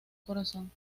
corazón